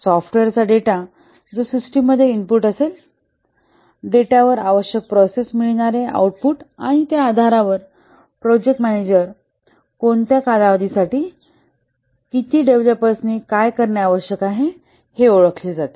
सॉफ्टवेअरचा डेटा जो सिस्टममध्ये इनपुट असेल डेटावर आवश्यक प्रोसेस मिळणारे आउटपुट आणि त्या आधारावर प्रोजेक्ट मॅनेजर कोणत्या कालावधी साठी किती डेव्हलपर्सनी कार्य करणे आवश्यक आहे हे ओळखले जाते